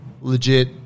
legit